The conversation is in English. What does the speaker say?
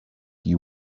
you